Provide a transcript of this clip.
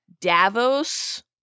Davos